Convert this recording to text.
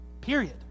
period